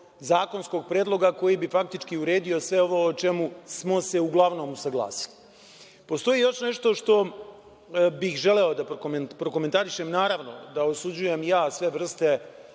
zakonskog predloga koji bi faktički uredio sve ovo o čemu smo se uglavnom usaglasili. Postoji još nešto što bih želeo da prokomentarišem. Naravno da osuđujem i ja sve vrste